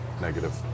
negative